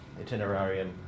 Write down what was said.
Itinerarium